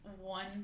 one